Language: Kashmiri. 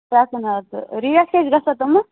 ریٹ کیٛاہ چھِ گژھان تِمَن